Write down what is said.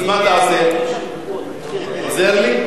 אז מה אתה עושה, עוזר לי?